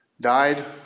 Died